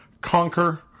conquer